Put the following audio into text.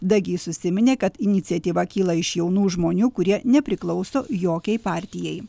dagys užsiminė kad iniciatyva kyla iš jaunų žmonių kurie nepriklauso jokiai partijai